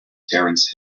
terence